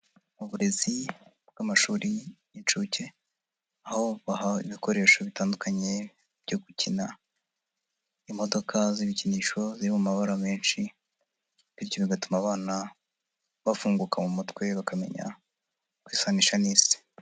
Mu burezi bw'amashuri y'inshuke, aho bahawe ibikoresho bitandukanye byo gukina, imodoka z'ibikinisho ziri mu mabara menshi bityo bigatuma abana bafunguka mu mutwe bakamenya kwisanisha n'isi.